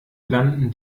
landen